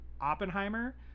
Oppenheimer